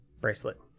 bracelet